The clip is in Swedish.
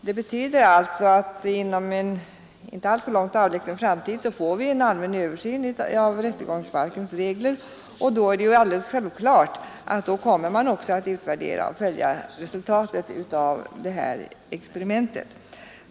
Det betyder alltså att vi inom en inte alltför avlägsen framtid får en allmän översyn av rättegångsbalkens regler, och då är det alldeles självklart att man också kommer att utvärdera och följa resultatet av det här experimentet.